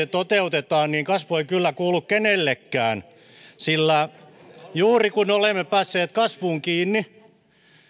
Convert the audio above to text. toteutetaan kasvu ei kyllä kuulu kenellekään sillä juuri kun olemme päässeet kasvuun kiinni